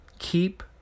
Keep